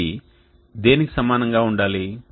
ఇది దేనికి సమానంగా ఉండాలి